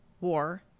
war